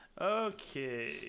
Okay